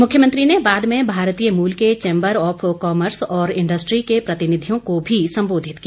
मुख्यमंत्री ने बाद में भारतीय मूल के चैम्बर ऑफ कॉमर्स और इंडस्ट्री के प्रतिनिधियों को भी सम्बोधित किया